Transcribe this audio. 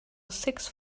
sixth